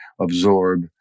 absorb